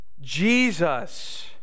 Jesus